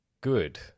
good